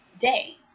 day